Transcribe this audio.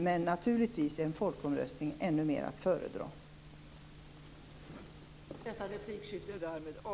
Men naturligtvis är en folkomröstning ännu mer att föredra.